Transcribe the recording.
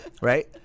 right